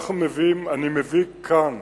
אני מביא כאן